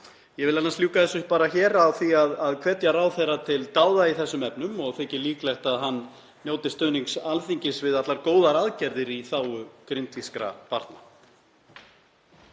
Ég vil annars ljúka þessu á því að hvetja ráðherra til dáða í þessum efnum og þykir mér líklegt að hann njóti stuðnings Alþingis við allar góðar aðgerðir í þágu grindvískra barna.